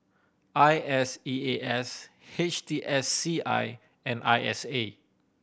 I S E A S H T S C I and I S A